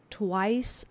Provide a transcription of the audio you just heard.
twice